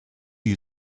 you